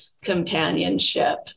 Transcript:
companionship